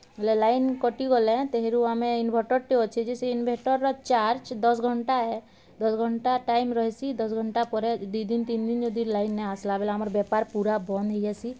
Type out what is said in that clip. ବେଲେ ଲାଇନ୍ କଟିଗଲେ ତେହେରୁ ଆମେ ଇନଭଟର୍ ଟେ ଅଛେ ଯେ ସେ ଇନଭେଟର୍ର ଚାର୍ଜ୍ ଦଶ୍ ଘଣ୍ଟା ହେ ଦଶ୍ ଘଣ୍ଟା ଟାଇମ୍ ରହିସି ଦଶ୍ ଘଣ୍ଟାପରେ ଦୁଇ ଦିନ୍ ତିନ୍ ଦିନ୍ ଯଦି ଲାଇନ୍ ନାଇଁ ଆସଲା ବେଲେ ଆମର୍ ବେପାର୍ ପୁରା ବନ୍ଦ୍ ହେଇଯାଇସି